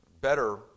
better